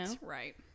right